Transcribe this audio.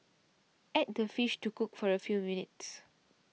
add the fish to cook for a few minutes